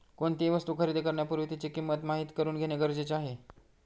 कोणतीही वस्तू खरेदी करण्यापूर्वी तिची किंमत माहित करून घेणे गरजेचे आहे